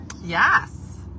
yes